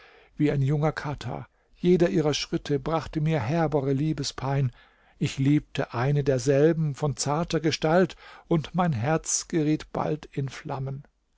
wie ein junger kata jeder ihrer schritte brachte mir herbere liebespein ich liebte eine derselben von zarter gestalt und mein herz geriet bald in flammen